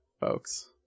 folks